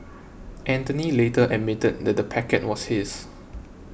anthony later admitted that the packet was his